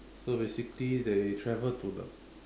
so basically they travel to the